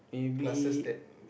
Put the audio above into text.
classes that